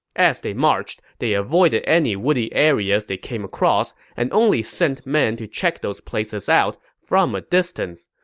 as they marched, they avoided any woody areas they came across and only sent men to check those places out from a distance.